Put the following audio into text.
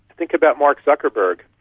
think about mark zuckerberg.